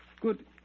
Good